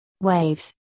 waves